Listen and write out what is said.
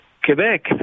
Quebec